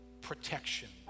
protection